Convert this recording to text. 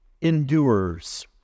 endures